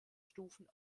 stufen